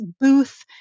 booth